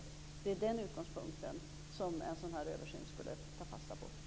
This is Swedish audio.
Det är den utgångspunkten som en sådan här översyn skulle ta fasta på.